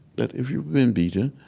that if you've been beaten,